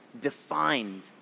defined